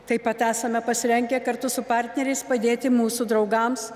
taip pat esame pasirengę kartu su partneriais padėti mūsų draugams